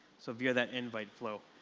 so via that invite flow.